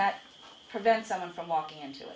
that prevent someone from walking unt